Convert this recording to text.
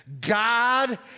God